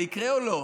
זה יקרה או לא?